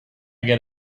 get